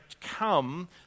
come